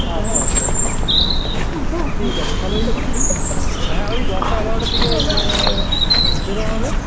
আচ্ছা আচ্ছা আচ্ছা আচ্ছা ঠিক আছে তাহলে ওই হ্যাঁ ওই দশটা এগারোটার দিকে বেরোনো হবে